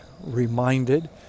reminded